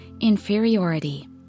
inferiority